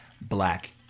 black